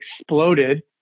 exploded